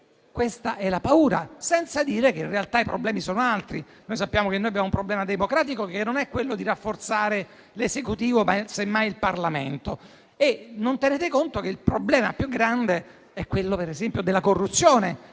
Questa è la paura. Non si dice però che in realtà i problemi sono altri; sappiamo che abbiamo un problema democratico, che non è quello di rafforzare l'Esecutivo, ma semmai il Parlamento. Non tenete conto che il problema più grande per esempio è la corruzione,